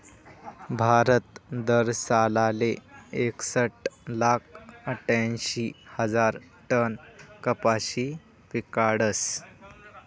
भारत दरसालले एकसट लाख आठ्यांशी हजार टन कपाशी पिकाडस